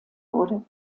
wurde